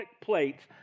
plates